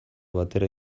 batera